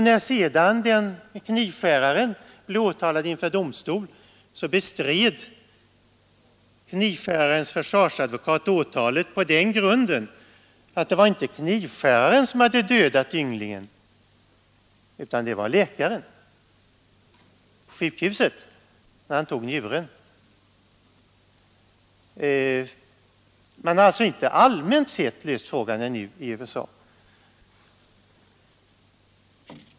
När sedan knivskäraren blev åtalad inför domstol, bestred hans försvarsadvokat åtalet på den grunden, att det inte var knivskäraren som dödat ynglingen utan läkarna på sjukhuset som hade gjort detta genom att operera bort njuren. Man har alltså inte allmänt sett löst problemet ännu i USA.